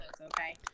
okay